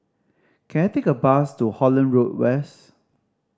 can I take a bus to Holland Road West